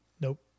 Nope